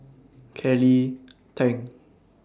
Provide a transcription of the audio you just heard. Kelly Tang